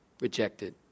rejected